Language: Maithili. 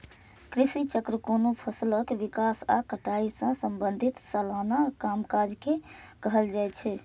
कृषि चक्र कोनो फसलक विकास आ कटाई सं संबंधित सलाना कामकाज के कहल जाइ छै